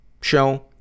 show